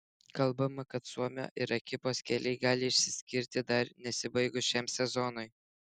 kalbama kad suomio ir ekipos keliai gali išsiskirti dar nesibaigus šiam sezonui